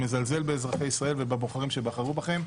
מזלזל באזרחי ישראל ובבוחרים שבחרו בכם.